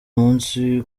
umunsi